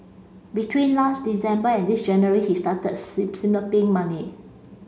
between last December and this January he started siphoning money